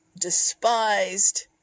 despised